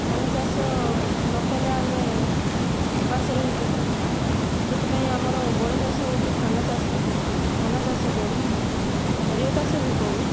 ଧାନଚାଷ ନକଲେ ଆମେ ଉପାସ ରହିଯିବୁ ସେଥିପାଇଁ ଆମର ବଡ଼ ଚାଷ ହଉଛି ଧାନଚାଷ ଧାନଚାଷ କରୁ ପରିବା ଚାଷ ବି କରୁ